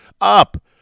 up